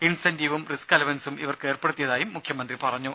ഇൻസന്റീവും risk അലവൻസും ഇവർക്ക് ഏർപ്പെടുത്തിയതായി മുഖ്യമന്ത്രി പറഞ്ഞു